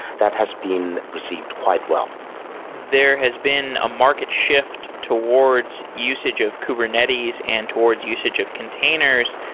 that has been received quite well there has been a market shift towards usage of kubernetes and towards usage of containers.